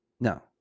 No